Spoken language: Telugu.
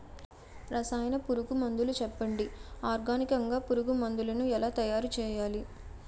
రసాయన పురుగు మందులు చెప్పండి? ఆర్గనికంగ పురుగు మందులను ఎలా తయారు చేయాలి?